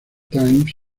times